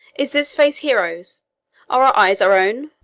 is this face hero's? are our eyes our own?